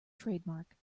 trademark